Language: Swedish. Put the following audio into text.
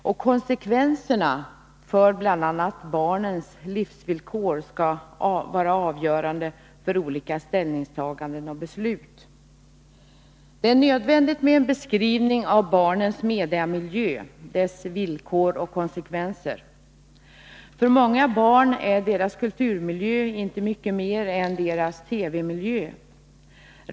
Och konsekvenserna för bl.a. barnens livsvillkor skall vara avgörande för olika ställningstaganden och beslut. Det är nödvändigt med en beskrivning av barnens mediamiljö — dess villkor och konsekvenser. För många barn är deras kulturmiljö inte mycket mer än deras TV-miljö.